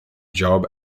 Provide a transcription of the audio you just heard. job